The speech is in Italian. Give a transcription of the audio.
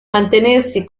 mantenersi